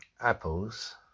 Apple's